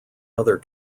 other